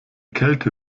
kälte